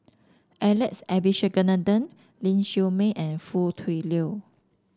Alex Abisheganaden Ling Siew May and Foo Tui Liew